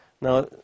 Now